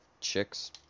chicks